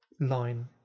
line